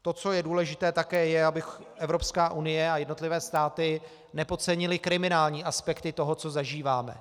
To, co je důležité, také je, aby Evropská unie a jednotlivé státy nepodcenily kriminální aspekty toho, co zažíváme.